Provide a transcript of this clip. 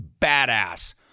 badass